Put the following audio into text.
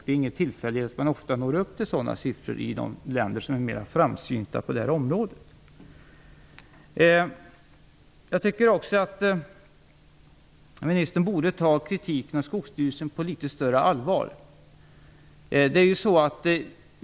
Det är ingen tillfällighet att man ofta når upp till sådana siffror i de länder som är mera framsynta på det här området. Jag tycker att ministern borde ta kritiken av Skogsstyrelsen på litet större allvar.